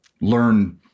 learn